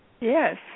Yes